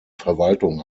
verwaltung